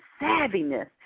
savviness